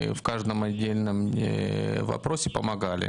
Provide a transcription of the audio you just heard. שוברי מזון בגובה 700 שקלים לנפש.